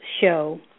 show